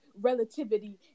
relativity